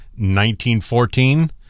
1914